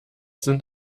sind